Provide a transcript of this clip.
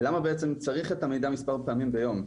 למה בעצם צריך את המידע מספר פעמים ביום.